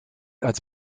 als